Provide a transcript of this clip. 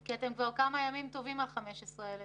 כי אתם כבר כמה ימים טובים על 15 אלף.